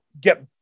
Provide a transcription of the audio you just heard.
get